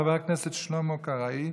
חבר הכנסת שלמה קרעי.